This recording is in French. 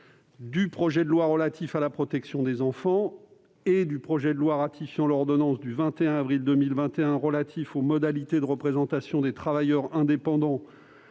du projet de loi relatif à la protection des enfants et du projet de loi ratifiant l'ordonnance n° 2021-484 du 21 avril 2021 relative aux modalités de représentation des travailleurs indépendants